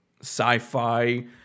sci-fi